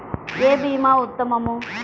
ఏ భీమా ఉత్తమము?